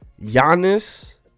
Giannis